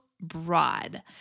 broad